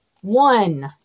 one